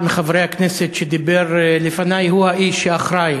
אחד מחברי הכנסת שדיבר לפני הוא האיש שאחראי